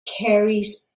carries